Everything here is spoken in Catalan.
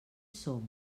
som